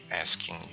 asking